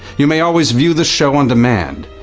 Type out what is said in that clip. you may always view the show on demand,